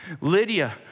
Lydia